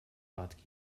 bat